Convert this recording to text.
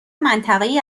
منطقهای